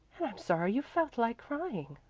and i'm sorry you felt like crying,